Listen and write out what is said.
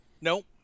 Nope